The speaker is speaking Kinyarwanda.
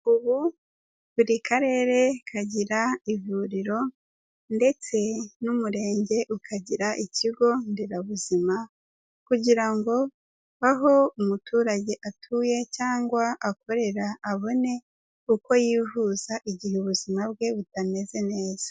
Ubu buri karere kagira ivuriro ndetse n'umurenge ukagira ikigo nderabuzima kugira ngo aho umuturage atuye cyangwa akorera abone uko yivuza igihe ubuzima bwe butameze neza.